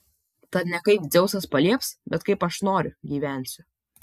tad ne kaip dzeusas palieps bet kaip aš noriu gyvensiu